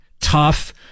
tough